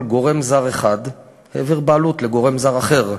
שגורם זר אחד העביר בעלות לגורם זר אחר.